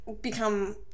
become